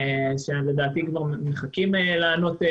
שהם לדעתי כבר מחכים לענות לך.